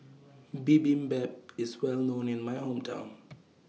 Bibimbap IS Well known in My Hometown